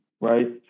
right